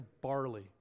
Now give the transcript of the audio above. barley